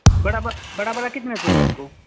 बड़ा ब बड़ा बड़ा कितना चाहिए आप को